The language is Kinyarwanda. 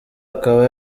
akaba